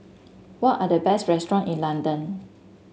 what are the best restaurant in London